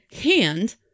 hand